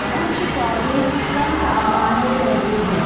कुछ पौधे कम तापमान में रहते हैं